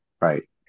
Right